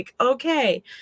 okay